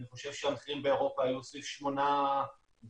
אני חושב שהמחירים באירופה היו סביב שמונה דולר,